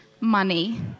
money